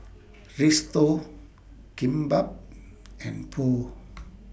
Risotto Kimbap and Pho